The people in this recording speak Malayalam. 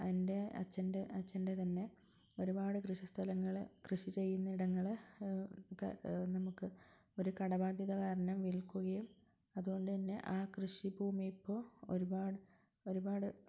എൻ്റെ അച്ഛൻ്റെ അച്ഛൻ്റെ തന്നെ ഒരുപാട് കൃഷി സ്ഥലങ്ങൾ കൃഷി ചെയ്യുന്ന ഇടങ്ങൾ ഒക്കെ നമുക്ക് ഒരു കടബാധ്യത കാരണം വിൽക്കുകയും അതുകൊണ്ടുതന്നെ ആ കൃഷി ഭൂമി ഇപ്പോൾ ഒരുപാട് ഒരുപാട്